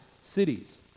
cities